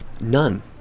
None